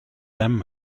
them